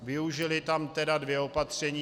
Využili tam tedy dvě opatření.